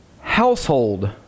household